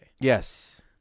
yes